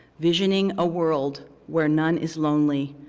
visioning a world where none is lonely,